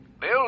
Bill